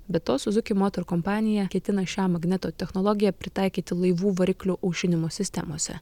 be to suzuki motor kompanija ketina šią magneto technologiją pritaikyti laivų variklių aušinimo sistemose